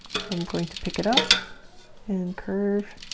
so i'm going to pick it up and curve